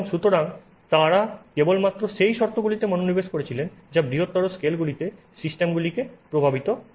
এবং সুতরাং তারা কেবলমাত্র সেই শর্তগুলিতে মনোনিবেশ করেছিলেন যা বৃহত্তর স্কেলগুলিতে সিস্টেমগুলিকে প্রভাবিত করে